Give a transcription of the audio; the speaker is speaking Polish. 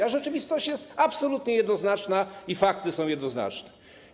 A rzeczywistość jest absolutnie jednoznaczna i fakty są jednoznaczne.